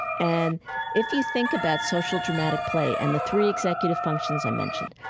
and if you think about social dramatic play and the three executive functions i mentioned,